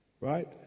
Right